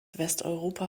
westeuropa